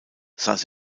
saß